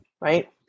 right